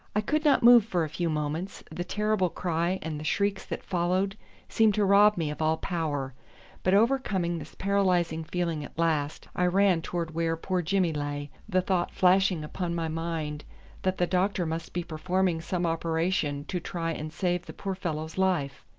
i could not move for a few moments, the terrible cry and the shrieks that followed seemed to rob me of all power but overcoming this paralysing feeling at last, i ran towards where poor jimmy lay, the thought flashing upon my mind that the doctor must be performing some operation to try and save the poor fellow's life.